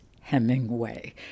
Hemingway